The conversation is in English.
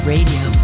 Radio